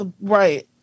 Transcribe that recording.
right